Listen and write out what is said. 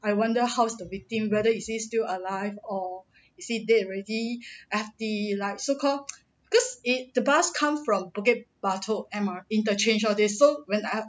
I wonder how's the victim whether is he still alive or is he dead already I have the like so called because it the bus come from bukit batok M_R interchange all this so when I